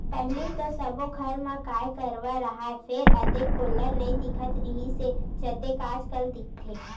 पहिली तो सब्बो घर म गाय गरूवा राहय फेर अतेक गोल्लर नइ दिखत रिहिस हे जतेक आजकल दिखथे